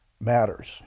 matters